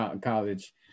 college